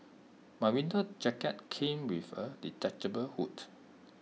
my winter jacket came with A detachable hood